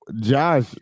Josh